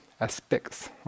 aspects